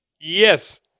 Yes